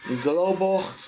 global